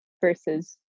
versus